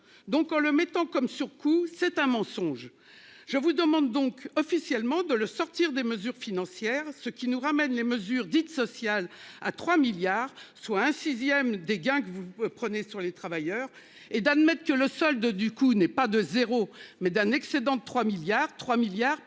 donc en le mettant comme surcoût. C'est un mensonge. Je vous demande donc officiellement de le sortir des mesures financières, ce qui nous ramène les mesures dites sociales à 3 milliards, soit un 6ème des gains que vous prenez sur les travailleurs et d'admettre que le solde du coup n'est pas de 0 mais d'un excédent de 3 milliards, trois milliards pour